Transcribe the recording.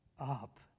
up